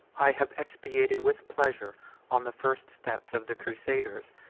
i have expiated with pleasure on the first steps of the crusaders,